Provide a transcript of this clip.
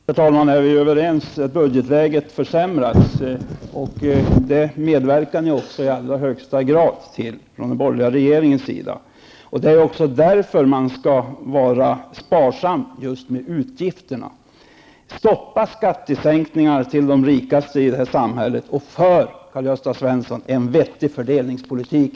Herr talman! Vi är överens om att budgetläget försämras. Ni i den borgerliga regeringen medverkar i allra högsta grad till att så sker. Det är därför som vi måste vara sparsamma just när det gäller utgifterna. Stoppa sänkningar av skatten för de rikaste i samhället! För i stället, Karl-Gösta Svenson, en vettig fördelningspolitik!